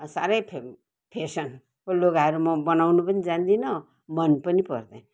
साह्रै फे फेसनको लुगाहरू म बनाउन पनि जान्दिनँ मन पनि पर्दैन